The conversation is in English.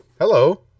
hello